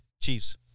Chiefs